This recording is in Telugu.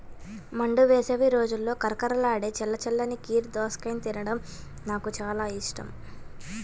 మండు వేసవి రోజుల్లో కరకరలాడే చల్ల చల్లని కీర దోసకాయను తినడం నాకు చాలా ఇష్టం